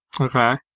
okay